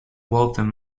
waltham